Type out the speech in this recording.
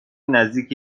نزدیک